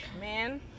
man